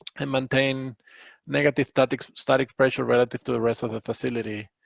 and maintain negative static static pressure relative to the rest of the facility.